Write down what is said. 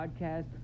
podcast